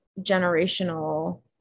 generational